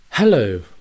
Hello